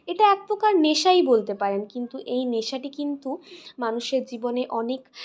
এটা এক প্রকার নেশাই বলতে পারেন কিন্তু এই নেশাটি কিন্তু মানুষের জীবনে অনেক